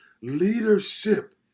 leadership